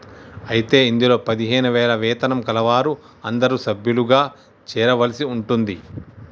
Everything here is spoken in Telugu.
అయితే ఇందులో పదిహేను వేల వేతనం కలవారు అందరూ సభ్యులుగా చేరవలసి ఉంటుంది